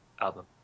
album